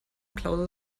klausel